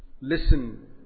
listen